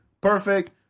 perfect